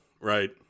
right